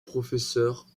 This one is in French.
professeur